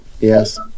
yes